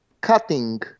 cutting